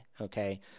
okay